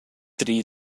dri